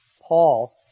Paul